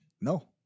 No